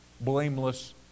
blameless